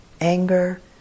anger